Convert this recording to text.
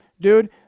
dude